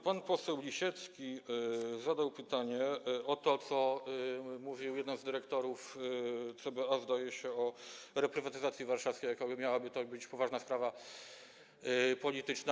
Pan poseł Lisiecki zadał pytanie o to, co mówił jeden z dyrektorów CBA, zdaje się, o reprywatyzacji warszawskiej, jakoby miała to być poważna sprawa polityczna.